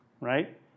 right